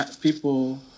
people